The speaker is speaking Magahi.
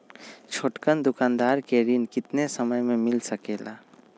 छोटकन दुकानदार के ऋण कितने समय मे मिल सकेला?